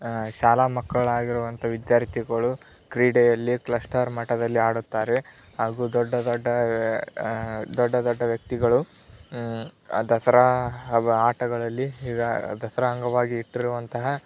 ಶಾಲಾ ಮಕ್ಕಳಾಗಿರುವಂಥ ವಿದ್ಯಾರ್ಥಿಗಳು ಕ್ರೀಡೆಯಲ್ಲಿ ಕ್ಲಸ್ಟಾರ್ ಮಟ್ಟದಲ್ಲಿ ಆಡುತ್ತಾರೆ ಹಾಗೂ ದೊಡ್ಡ ದೊಡ್ಡ ದೊಡ್ಡ ದೊಡ್ಡ ವ್ಯಕ್ತಿಗಳು ಆ ದಸರಾ ಹಾಗೂ ಆಟಗಳಲ್ಲಿ ಈಗ ದಸರಾಂಗವಾಗಿ ಇಟ್ಟಿರುವಂತಹ